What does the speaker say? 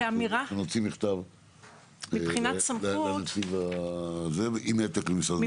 נוציא מכתב לנציב עם העתק למשרד המשפטים.